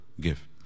give